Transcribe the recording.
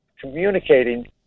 communicating